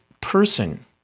person